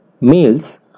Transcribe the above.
males